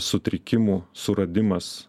sutrikimų suradimas